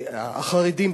החרדים,